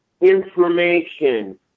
information